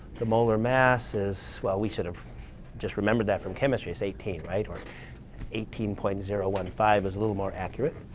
the molar mass is well, we should have just remembered that from chemistry. it's eighteen, right, or eighteen point zero one five is a little more accurate.